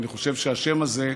אני חושב שהשם הזה,